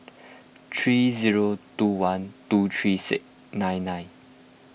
three zero two one two three nine nine